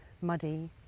muddy